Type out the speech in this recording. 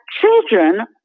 children